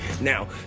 Now